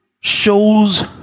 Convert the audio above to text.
shows